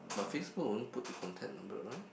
but FaceBook won't put in contact number right